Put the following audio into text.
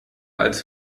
als